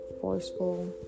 forceful